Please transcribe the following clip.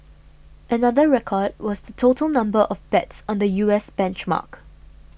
another record was the total number of bets on the U S benchmark